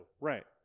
Right